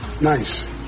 Nice